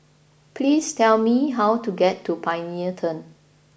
please tell me how to get to Pioneer Turn